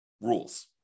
rules